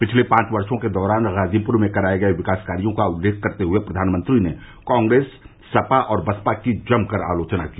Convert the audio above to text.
पिछले पांच वर्षो के दौरान गाजीप्र में कराये गये विकास कार्यो का उल्लेख करते हुए प्रधानमंत्री ने कांग्रेस सपा और बसपा की जम कर आलोचना की